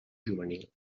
juvenil